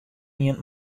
ien